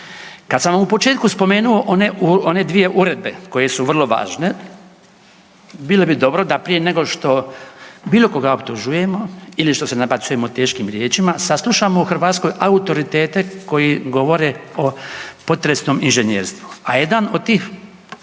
Kad sam u početku spomenuo one 2 uredbe koje su vrlo važne, bilo bi dobro da prije nego što bilo koga optužujemo ili što se nabacujemo teškim riječima, saslušamo u Hrvatskoj autoritete koji govore o potresnom inženjerstvu, a jedan od tih